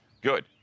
Good